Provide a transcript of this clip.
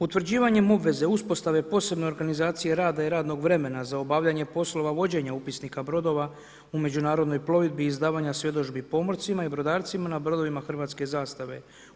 Utvrđivanjem obveze uspostave posebne organizacije rada i radnog vremena za obavljanje poslova vođenja upisnika brodova u međunarodnoj plovidbi izdavanja svjedodžbi pomorcima i brodarcima na brodovima hrvatske zastave.